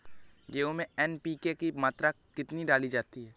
गेहूँ में एन.पी.के की मात्रा कितनी डाली जाती है?